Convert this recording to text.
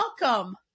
welcome